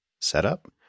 setup